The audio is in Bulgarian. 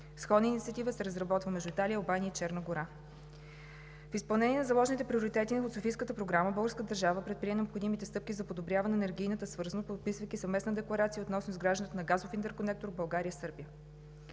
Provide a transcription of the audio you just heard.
Сходна инициатива се разработва между Италия, Албания и Черна гора. В изпълнение на заложените приоритети от Софийската програма българската държава предприе необходимите стъпки за подобряване на енергийната свързаност, подписвайки съвместна декларация относно изграждането на газов интерконектор България – Сърбия.